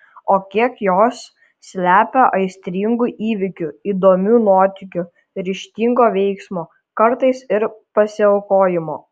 o kiek jos slepia aistringų įvykių įdomių nuotykių ryžtingo veiksmo kartais ir pasiaukojimo